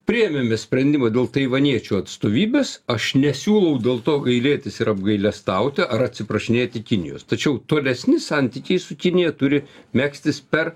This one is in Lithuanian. priėmėme sprendimą dėl taivaniečių atstovybės aš nesiūlau dėl to gailėtis ir apgailestauti ar atsiprašinėti kinijos tačiau tolesni santykiai su kinija turi megztis per